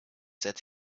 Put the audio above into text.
that